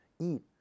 eat